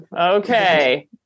Okay